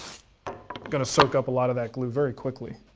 gonna soak up a lot of that glue very quickly.